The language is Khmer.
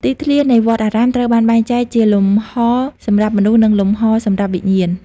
ទីធ្លា នៃវត្តអារាមត្រូវបានបែងចែកជាលំហសម្រាប់មនុស្ស និងលំហសម្រាប់វិញ្ញាណ។